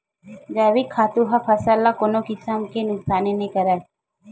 जइविक खातू ह फसल ल कोनो किसम के नुकसानी नइ करय